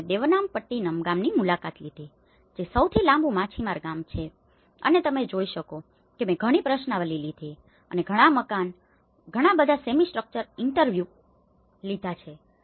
તેથી મે દેવનામપટ્ટીનમ ગામની મુલાકાત લીધી જે સૌથી લાંબુ માછીમાર ગામ છે અને તમે જોઈ શકો છો કે મેં ઘણી પ્રશ્નાવલિ લીધી છે અને ઘણા બધા સેમી સ્ટ્રક્ચર્ડ ઇન્ટરવ્યુ લીધા છે